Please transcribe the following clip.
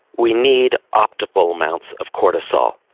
we need optimal amounts of cortisol.